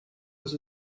was